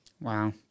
Wow